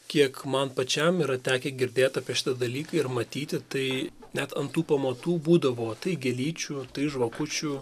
kiek man pačiam yra tekę girdėt apie šitą dalyką ir matyti tai net ant tų pamatų būdavo tai gėlyčių tai žvakučių